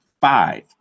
five